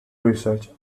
research